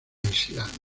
islandia